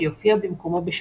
שיופיע במקומו בשבתות.